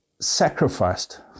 sacrificed